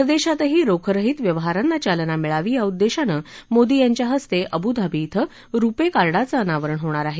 परदेशातही रोखरहित व्यवहारांना चालना मिळावी या उद्देशानं मोदी यांच्या हस्ते अबुधाबी क्विं रुपे कार्डाचं अनावरण होणार आहे